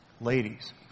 Ladies